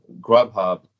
Grubhub